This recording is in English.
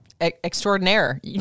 extraordinaire